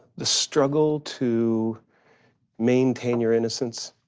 the struggle to maintain your innocence,